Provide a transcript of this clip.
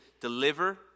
deliver